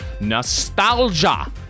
Nostalgia